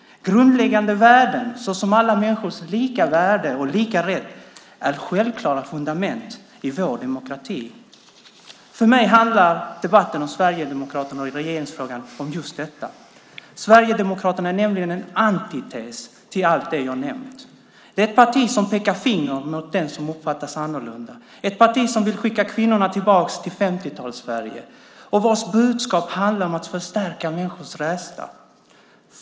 Grundläggande värden såsom alla människors lika värde och lika rätt är självklara fundament i vår demokrati. För mig handlar debatten om Sverigedemokraterna och regeringsfrågan om just detta. Sverigedemokraterna är nämligen en antites till allt det jag nämnt. Det är ett parti som pekar finger åt den som uppfattas vara annorlunda och ett parti som vill skicka kvinnorna tillbaka till 50-talets Sverige och vars budskap handlar om att förstärka människors rädsla.